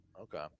Okay